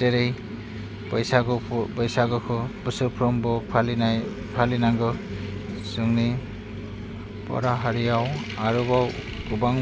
जेरै बैसागुखौ बैसागुखौ बोसोरफ्रोमबो फालिनाय फालिनांगौ जोंनि बर' हारियाव आरोबाव गोबां